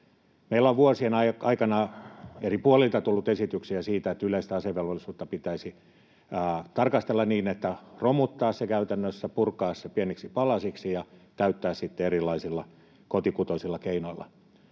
Meillä on vuosien aikana eri puolilta tullut esityksiä siitä, että yleistä asevelvollisuutta pitäisi tarkastella niin, että romutetaan se käytännössä, puretaan se pieniksi palasiksi ja täytetään sitten erilaisilla kotikutoisilla keinoilla.